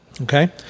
Okay